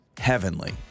heavenly